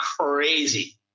crazy